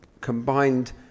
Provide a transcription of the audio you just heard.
combined